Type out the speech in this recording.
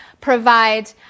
provide